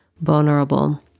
vulnerable